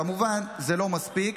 כמובן שזה לא מספיק,